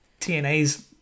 TNA's